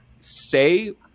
say